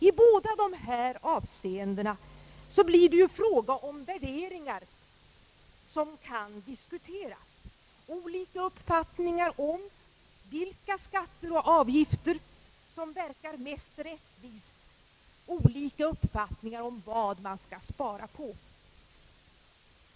I båda dessa avseenden blir det ju fråga om värderingar som kan diskuteras, olika uppfattningar om vilka skatter och avgifter som verkar mest rättvist, olika uppfattningar om vad man skall spara på.